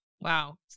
Wow